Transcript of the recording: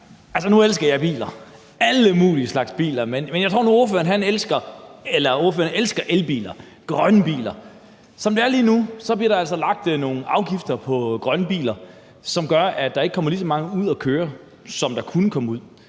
Nu elsker jeg biler, alle mulige slags biler, men ordføreren elsker elbiler, grønne biler. Som det er lige nu, bliver der altså lagt nogle afgifter på grønne biler, som gør, at der ikke kommer lige så mange ud at køre, som der kunne komme ud.